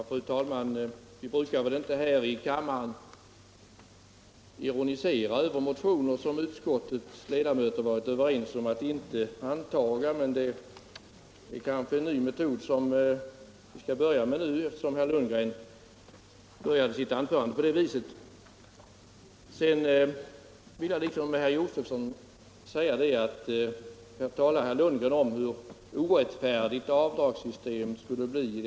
Fru talman! Vi brukar inte här i kammaren ironisera över motioner som utskottets ledamöter varit ense om att inte tillstyrka, men det är kanske en metod som vi skall införa nu, eftersom herr Lundgren började sitt anförande med att göra det. Herr Lundgren talade — det påpekade också herr Josefson — om hur orättfärdigt ett avdragssystem skulle bli.